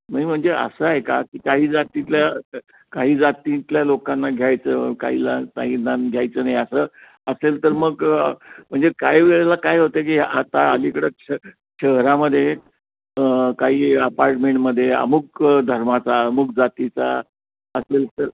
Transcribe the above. नाही म्हणजे असं आहे का की काही जातीतल्या काही जातीतल्या लोकांना घ्यायचं काही लहान घ्यायचं नाहीअसं असेल तर मग म्हणजे काय वेळेला काय होतं की आता अलीकडं श शहरामध्ये काही अपार्टमेंटमध्ये अमूक धर्माचा अमूक जातीचा असेल तर